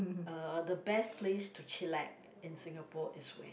uh the best place to chillax in Singapore is where